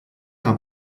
habe